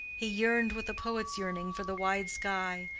he yearned with a poet's yearning for the wide sky,